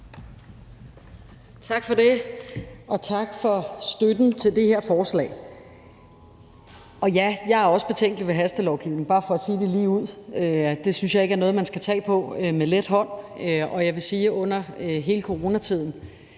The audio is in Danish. Tak for det, og tak for støtten til det her forslag. Og ja, jeg er også betænkelig ved hastelovgivning – bare for nu at sige det ligeud – det synes jeg ikke er noget, man skal tage på med let hånd. Jeg vil sige, at under hele coronatiden